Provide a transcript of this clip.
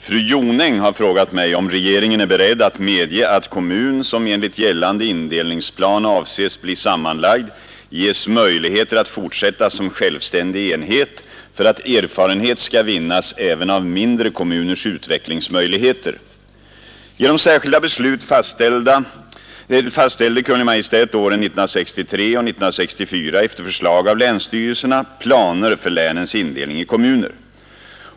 Fru Jonäng har frågat mig, om regeringen är beredd att medge att kommun, som enligt gällande indelningsplan avses bli sammanlagd, ges möjligheter att fortsätta som självständig enhet för att erfarenhet skall vinnas även av mindre kommuners utvecklingsmöjligheter. Genom särskilda beslut fastställde Kungl. Maj:t åren 1963 och 1964, efter förslag av länsstyrelserna, planer för länens indelning i kommuner.